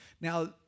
Now